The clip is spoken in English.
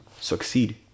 succeed